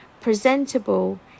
Presentable